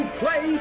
play